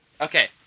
Okay